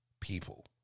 people